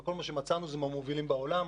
מכל מה שמצאנו אנחנו מהמובילים בעולם,